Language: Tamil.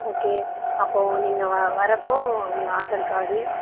ஓகே அப்போது நீங்கள் வ வர்றப்போ உங்கள் ஆதார் கார்டு